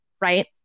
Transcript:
right